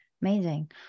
Amazing